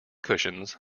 cushions